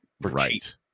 right